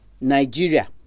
Nigeria